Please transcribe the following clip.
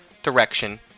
direction